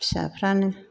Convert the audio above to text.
फिसाफ्रानो